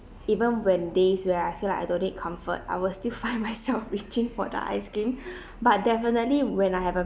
even when days when I feel like I don't need comfort I will still find myself reaching for the ice cream but definitely when I have a